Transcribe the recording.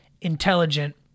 intelligent